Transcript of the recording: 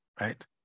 right